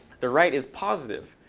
the right is positive.